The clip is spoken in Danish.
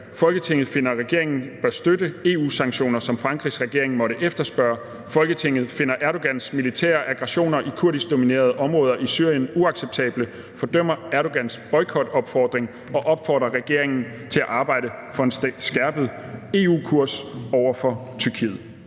Folketinget finder, at regeringen bør støtte EU-sanktioner, som Frankrigs regering måtte efterspørge. Folketinget finder Erdogans militære aggressioner i kurdiskdominerede områder i Syrien uacceptable, fordømmer Erdogans boykotopfordring og opfordrer regeringen til at arbejde for en skærpet EU-kurs over for Tyrkiet.«